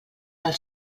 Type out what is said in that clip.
del